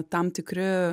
tam tikri